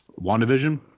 wandavision